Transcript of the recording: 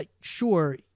sure